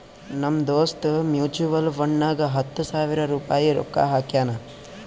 ನಮ್ ದೋಸ್ತ್ ಮ್ಯುಚುವಲ್ ಫಂಡ್ನಾಗ್ ಹತ್ತ ಸಾವಿರ ರುಪಾಯಿ ರೊಕ್ಕಾ ಹಾಕ್ಯಾನ್